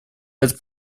этот